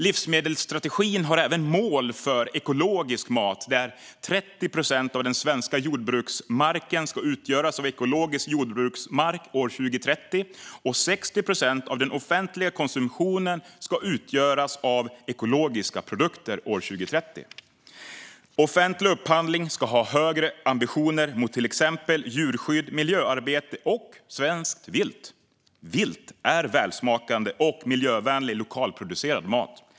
Livsmedelsstrategin har även mål för ekologisk mat: 30 procent av den svenska jordbruksmarken ska utgöras av ekologisk jordbruksmark 2030, och 60 procent av den offentliga konsumtionen ska utgöras av ekologiska produkter 2030. Offentlig upphandling ska ha högre ambitioner när det gäller till exempel djurskydd, miljöarbete och svenskt vilt. Vilt är välsmakande och miljövänlig, lokalproducerad mat.